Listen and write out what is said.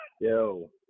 Yo